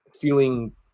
feeling